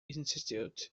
institute